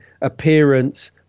appearance